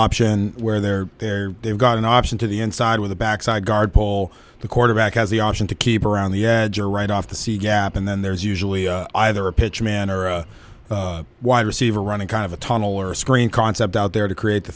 option where they're there they've got an option to the inside with the backside guard pull the quarterback has the option to keep around the edge or right off the c gap and then there's usually either a pitch man or wide receiver running kind of a tunnel or screen concept out there to create the